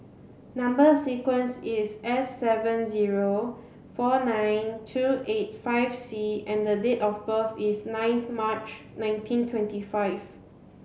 number sequence is S seven zero four nine two eight five C and the date of birth is ninth March nineteen twenty five